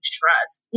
trust